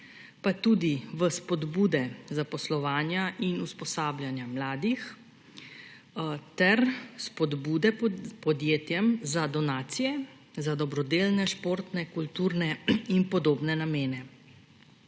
Pa tudi v spodbude zaposlovanja in usposabljanja mladih ter spodbude podjetjem za donacije za dobrodelne, športne, kulturne in podobne namene.